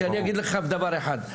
אני אגיד לך דבר אחד,